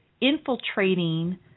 infiltrating